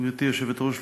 גברתי היושבת-ראש,